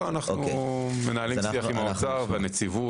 אנחנו מנהלים שיח עם האוצר ועם הנציבות.